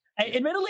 admittedly